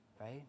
right